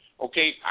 okay